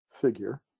figure